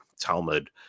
Talmud